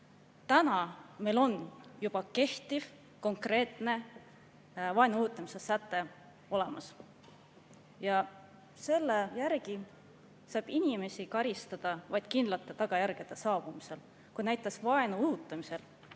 meil juba on kehtiv konkreetne vaenu õhutamise säte olemas. Selle järgi saab inimest karistada vaid kindlate tagajärgede saabumisel, kui näiteks vaenu õhutamisel